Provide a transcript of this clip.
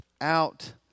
out